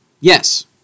Yes